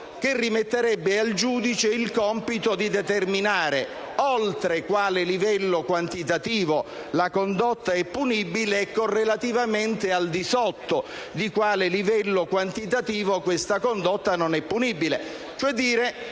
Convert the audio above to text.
che rimetterebbe al giudice il compito di determinare oltre quale livello quantitativo la condotta è punibile e, correlativamente, al di sotto di quale livello quantitativo essa non lo è. Dunque,